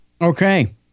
Okay